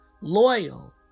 loyal